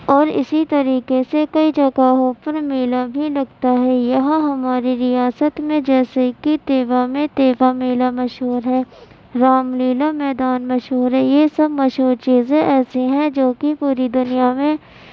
اور اسی طریقے سے کئی جگہوں پر میلہ بھی لگتا ہے یہاں ہماری ریاست میں جیسے کہ دیوا میں دیوا میلہ مشہور ہے رام لیلا میدان مشہور ہے یہ سب مشہور چیزیں ایسی ہیں جو کہ پوری دنیا میں